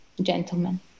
gentleman